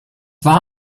war